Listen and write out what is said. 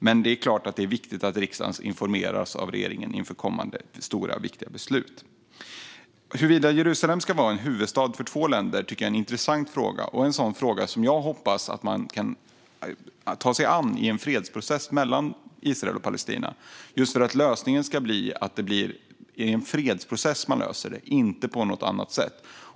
Men det är klart att det är viktigt att riksdagen informeras av regeringen inför kommande stora och viktiga beslut. Huruvida Jerusalem ska vara en huvudstad för två länder tycker jag är en intressant fråga som jag hoppas att man kan ta sig an i en fredsprocess mellan Israel och Palestina, just för att den ska lösas i en fredsprocess, inte på något annat sätt.